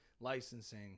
licensing